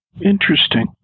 Interesting